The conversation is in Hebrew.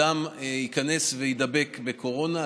אדם ייכנס ויידבק בקורונה.